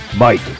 Mike